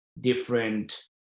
different